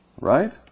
Right